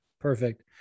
perfect